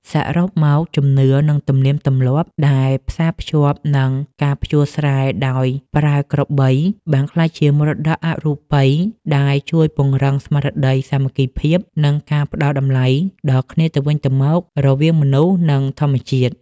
សរុបមក ជំនឿ និងទំនៀមទម្លាប់ដែលផ្សារភ្ជាប់នឹងការភ្ជួរស្រែដោយប្រើក្របី បានក្លាយជាមរតកអរូបិយដែលជួយពង្រឹងស្មារតីសាមគ្គីភាព និងការផ្តល់តម្លៃដល់គ្នាទៅវិញទៅមករវាងមនុស្ស និងធម្មជាតិ។